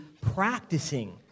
practicing